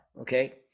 okay